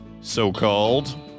so-called